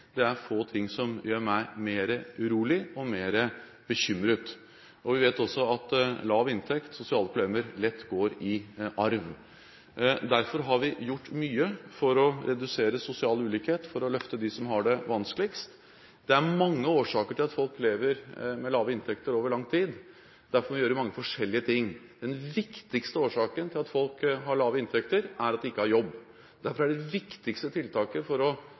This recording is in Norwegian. Det er få ting som gjør meg mer urolig og mer bekymret. Vi vet også at lav inntekt og sosiale problemer lett går i arv. Derfor har vi gjort mye for å redusere sosial ulikhet, for å løfte dem som har det vanskeligst. Det er mange årsaker til at folk lever med lave inntekter over lang tid. Derfor vil vi gjøre mange forskjellige ting. Den viktigste årsaken til at folk har lave inntekter, er at de ikke har jobb. Derfor er det viktigste tiltaket for å